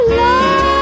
love